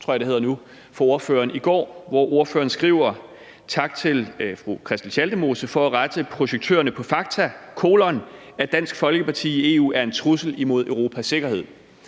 tror jeg det hedder nu, fra ordføreren – hvor ordføreren skriver: Tak til Christel Schaldemose for at rette projektørerne på fakta: at Dansk Folkeparti i EU er en trussel mod Europas sikkerhed.